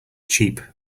cheap